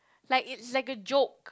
like it's like a joke